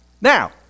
Now